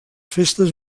festes